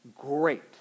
great